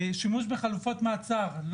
שימוש בחלופות מעצר,